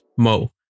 Mo